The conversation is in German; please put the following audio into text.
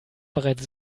bereits